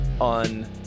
on